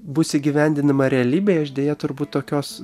bus įgyvendinama realybėje aš deja turbūt tokios